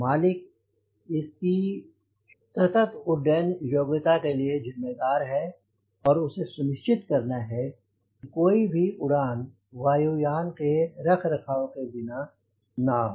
मालिक इसकी शतक उड्डयन योग्यता के लिए जिम्मेदार हैं और उसे सुनिश्चित करना है कि कोई भी उड़ान वायु यान के रखरखाव के बिना ना हो